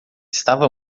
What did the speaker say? estava